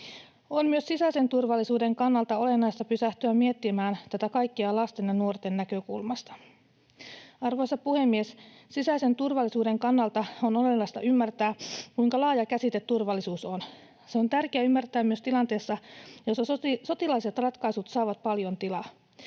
On myös sisäisen turvallisuuden kannalta olennaista pysähtyä miettimään tätä kaikkea lasten ja nuorten näkökulmasta. Arvoisa puhemies! Sisäisen turvallisuuden kannalta on olennaista ymmärtää, kuinka laaja käsite turvallisuus on. Se on tärkeää ymmärtää myös tilanteessa, jossa sotilaalliset ratkaisut saavat paljon tilaa.